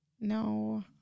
No